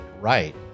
right